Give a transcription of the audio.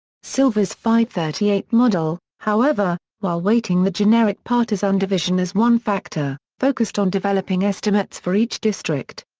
silver's fivethirtyeight model, however, while weighting the generic partisan division as one factor, focused on developing estimates for each district.